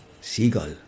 seagull